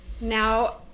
Now